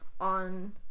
on